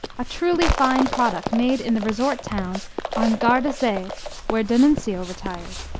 a truly fine product made in the resort town on gardasee where d'annunzio retired.